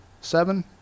seven